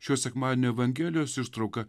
šio sekmadienio evangelijos ištrauka